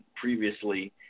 previously